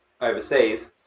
overseas